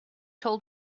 told